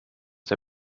der